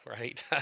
right